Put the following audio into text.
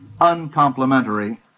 uncomplimentary